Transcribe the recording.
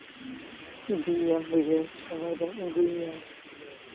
ᱤᱫᱤᱭᱮᱭᱟᱢ ᱵᱟᱹᱭᱦᱟᱹᱲ ᱥᱚᱢᱚᱭ ᱨᱮᱢ ᱟᱹᱜᱩᱭᱮᱭᱟ